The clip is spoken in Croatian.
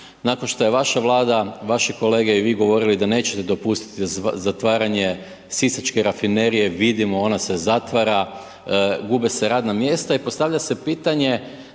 Nakon što je vaša Vlada, vaše kolege i vi govorili da nećete dopustiti zatvaranje Sisačke Rafinerije, vidimo ona se zatvara, gube se radna mjesta i postavlja se pitanje,